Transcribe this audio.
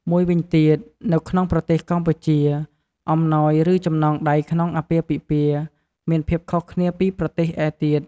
មួយវិញទៀត នៅក្នុងប្រទេសកម្ពុជា អំណោយ ឬ ចំណងដៃក្នុងអាពាហ៍ពិពាហ៍មានភាពខុសគ្នាពីប្រទេសឯទៀត។